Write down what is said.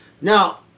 Now